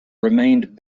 remained